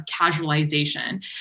casualization